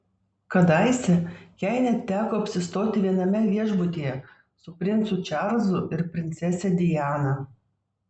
kadaise jai net teko apsistoti viename viešbutyje su princu čarlzu ir princese diana